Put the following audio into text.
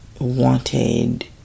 wanted